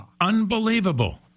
unbelievable